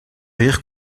rires